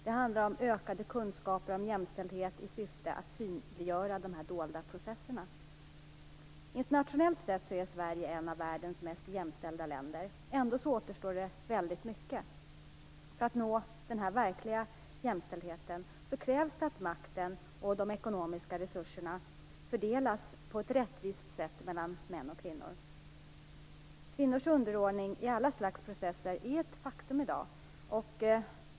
Det handlar om ökade kunskaper om jämställdhet i syfte att synliggöra de här dolda processerna. Internationellt sett är Sverige ett av världens mest jämställda länder. Ändå återstår det väldigt mycket. För att nå den verkliga jämställdheten, krävs det att makten och de ekonomiska resurserna fördelas på ett rättvist sätt mellan män och kvinnor. Kvinnors underordning i alla slags processer är ett faktum i dag.